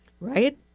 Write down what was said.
right